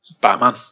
Batman